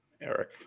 Eric